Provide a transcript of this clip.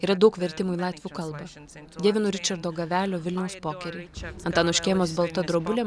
yra daug vertimų į latvių kalbą dievinu ričardo gavelio vilniaus pokerį antano škėmos balta drobulė